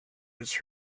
his